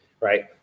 Right